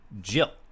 Jill